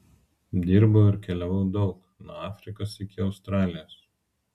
dirbau ir keliavau daug nuo afrikos iki australijos